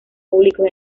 públicos